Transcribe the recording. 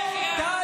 ורק